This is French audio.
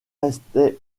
restaient